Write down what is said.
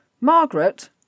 Margaret